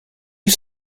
you